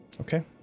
Okay